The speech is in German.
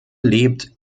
lebt